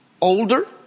older